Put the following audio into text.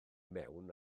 mewn